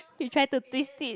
you try to twist it